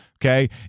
okay